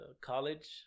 college